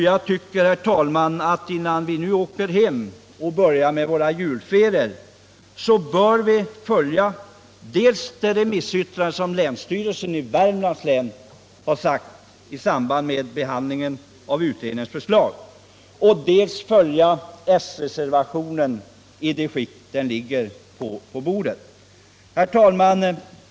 Jag tycker, herr talman, att innan vi nu åker hem och börjar våra julferier, bör vi följa dels det remissyttrande som länsstyrelsen i Värmlands län har avgivit i samband med behandlingen av utredningens förslag, dels S-reservationen i det skick den nu ligger på bordet.